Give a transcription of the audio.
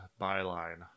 byline